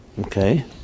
Okay